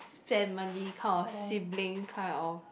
family kind of sibling kind of